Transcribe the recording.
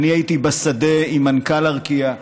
אני הייתי בשדה עם מנכ"ל ארקיע,